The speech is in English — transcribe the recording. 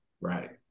Right